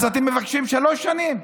אז אתם מבקשים שלוש שנים?